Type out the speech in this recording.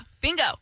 bingo